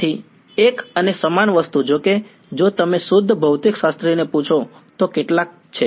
તેથી એક અને સમાન વસ્તુ જોકે જો તમે શુદ્ધ ભૌતિકશાસ્ત્રીને પૂછો તો કેટલાક છે